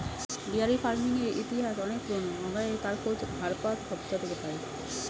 dairy ফার্মিংয়ের ইতিহাস অনেক পুরোনো, আমরা তার খোঁজ হারাপ্পা সভ্যতা থেকে পাই